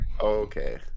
okay